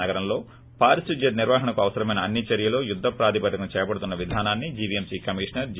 నగరంలో పారిశుధ్య నిర్వహణకు అవసరమైన అన్ని చర్యలు యుద్ద ప్రాతిపదికన చేపడుతున్న విధానాన్ని జీవీఎంసీ కమిషనర్ జి